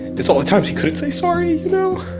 it's all the times he couldn't say sorry, you know?